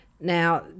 Now